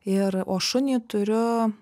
ir o šunį turiu